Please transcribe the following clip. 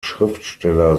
schriftsteller